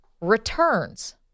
returns